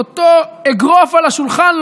עם אותו אגרוף על השולחן,